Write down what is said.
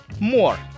More